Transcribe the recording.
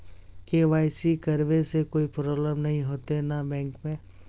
KYC करबे से कोई प्रॉब्लम नय होते न बैंक में?